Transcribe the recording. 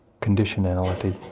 conditionality